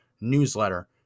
newsletter